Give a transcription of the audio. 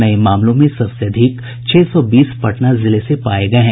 नये मामलों में सबसे अधिक छह सौ बीस पटना जिले से पाये गये हैं